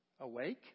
awake